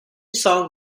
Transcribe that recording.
song